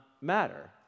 matter